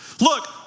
Look